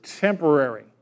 temporary